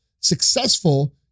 Successful